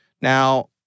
Now